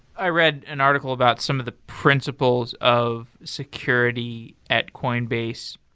i read an article about some of the principles of security at coinbase.